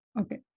Okay